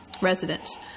residents